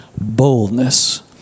boldness